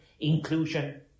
inclusion